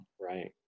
Right